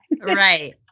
Right